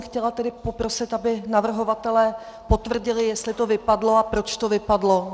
Chtěla jsem tedy poprosit, aby navrhovatelé potvrdili, jestli to vypadlo a proč to vypadlo.